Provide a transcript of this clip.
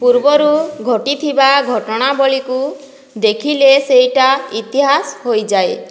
ପୂର୍ବରୁ ଘଟିଥିବା ଘଟଣାବଳୀକୁ ଦେଖିଲେ ସେଇଟା ଇତିହାସ ହୋଇଯାଏ